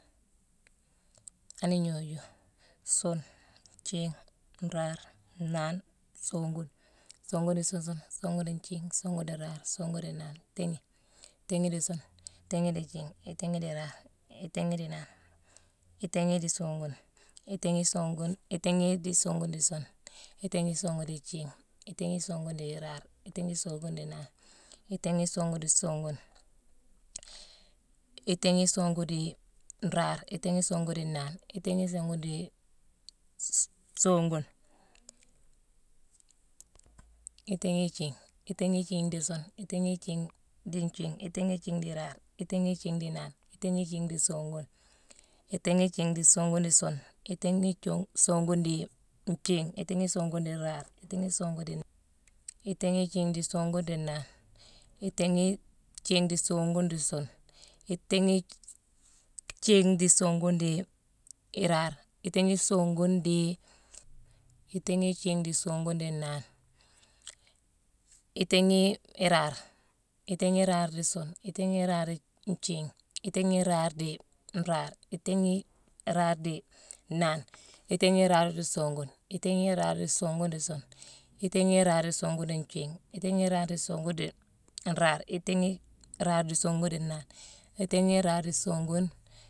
Ani gnooju: suune, nthiigh, nraare, nnaane, songune, songune dii suune sune, songune dii nthiigh, songune dii nraare, songune dii nnaane, tééghi. Tééghi dii suune, tééghi dii nthiigh, itééghi dii nraare, itééghi dii nnaane, itééghi dii songune, itééghi songune-itééghine dii songune di suune, itééghi songune dii nthiigh, itééghi songune dii nraare, itééghi songune dii nnaane, itééghi songune dii songune, itééghi songune dii nraare, itééghi songune dii nnaane, itééghi songune dii s-songune, itééghi ithiigh. Itééghi ithiigh dii suune, itééghi ithiigh dii nthiigh, itééghi ithiigh dii iraare, itééghi ithiigh dii nnaane, itééghi ithiigh dii songune, itééghi ithiigh dii songune dii suune, itééghi-jongh-songune dii nthiigh, itééghi songune dii nraare, itééghi songune dii nna-itééghi ithiigh dii songune dii nnaane, itééghi ithiigh dii songune dii suune, itééghi ithiigh dii songune dii iraare, itééghi songune dii-itééghi ithiigh dii songune dii nnaane, itééghi iraare. Itééghi iraare dii suune, itééghi iraare dii nthiigh, itééghi iraare dii nraare, itééghi iraare dii nnaane, itééghi iraare dii songune, itééghi iraare dii songune dii suune, itééghi iraare dii songune dii nthiigh, itééghi iraare dii songune dii nraare, itééghi iraare dii songune dii nnaane, itééghi iraare dii songune